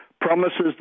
promises